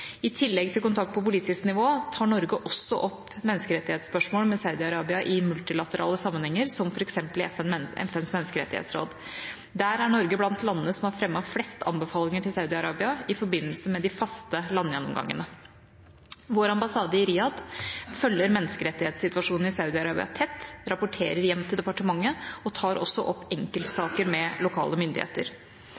I tillegg til kontakt på politisk nivå tar Norge også opp menneskerettighetsspørsmål med Saudi-Arabia i multilaterale sammenhenger, som f.eks. i FNs menneskerettighetsråd. Der er Norge blant landene som har fremmet flest anbefalinger til Saudi-Arabia, i forbindelse med de faste landgjennomgangene. Vår ambassade i Riyadh følger menneskerettighetssituasjonen i Saudi-Arabia tett, rapporterer hjem til departementet og tar også opp